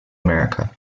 america